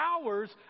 hours